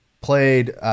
played